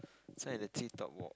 this one the Treetop Walk